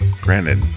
Granted